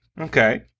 Okay